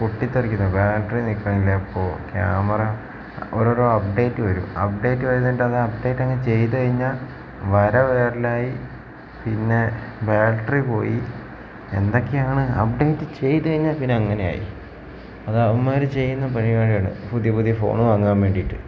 പൊട്ടിത്തെറിക്കുന്നു battery നിൽക്കണില്ല ഇപ്പോൾ camera ഓരോ ഓരോ അപ്ഡേറ്റ് വരും അപ്ഡേറ്റ് വരുന്നതിൻ്റെ അന്ന് അപ്ഡേറ്റ് അങ്ങ് ചെയ്തു കഴിഞ്ഞാൽ വര വരലായി പിന്നെ ബാറ്ററി പോയി എന്തൊക്കെയാണ് അപ്ഡേറ്റ് ചെയ്തു കഴിഞ്ഞാൽ പിന്നെ അങ്ങനെ ആയി അത് അവന്മാർ ചെയ്യുന്ന പരിപാടിയാണ് പുതിയ പുതിയ ഫോണ് വാങ്ങാൻ വേണ്ടിയിട്ട്